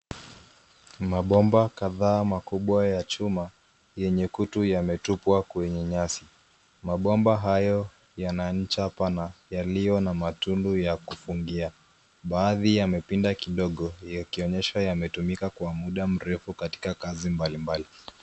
Mabomba kadhaa makubwa ya chuma yenye kutu yametupwa kwenye nyasi. Mabomba hayo yana ncha pana yaliyo na matulu ya kufungia, baadhi yamepinda kidogo yakionyesha yametumika kwa muda mrefu katika kazi mbalimbali.